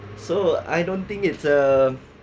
so I don't think it's a